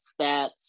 stats